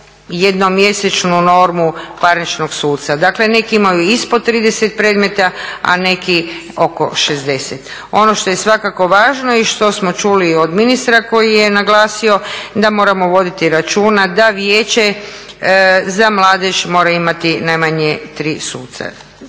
jednomjesečnu normu parničnog suca. Dakle neki imaju ispod 30 predmeta, a neki oko 60. Ono što je svakako važno i što smo čuli od ministra koji je naglasio da moramo voditi računa da vijeće za mladež mora imati najmanje tri suca.